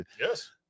Yes